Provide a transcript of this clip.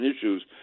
issues